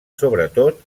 sobretot